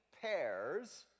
pairs